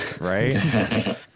Right